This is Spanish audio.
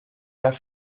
las